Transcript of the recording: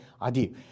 adi